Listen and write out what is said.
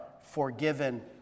forgiven